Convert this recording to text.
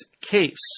case